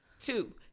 two